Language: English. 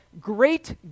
great